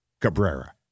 Cabrera